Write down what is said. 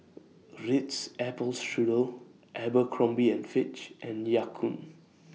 Ritz Apple Strudel Abercrombie and Fitch and Ya Kun